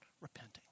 repenting